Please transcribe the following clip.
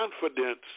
confidence